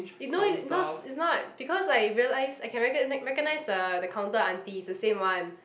you no you no it's not because like I realise I can recogni~ recognise the the counter auntie it's the same one